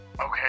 Okay